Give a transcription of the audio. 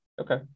Okay